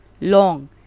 long